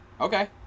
Okay